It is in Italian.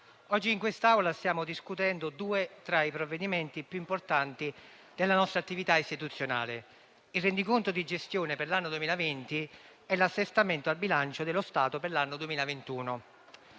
oggi in quest'Aula stiamo discutendo due tra i provvedimenti più importanti della nostra attività istituzionale: il rendiconto di gestione per l'anno 2020 e l'assestamento al bilancio dello Stato per l'anno 2021.